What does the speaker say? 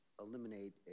eliminate